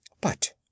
But